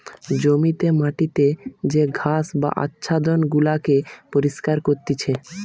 জমিতে মাটিতে যে ঘাস বা আচ্ছাদন গুলাকে পরিষ্কার করতিছে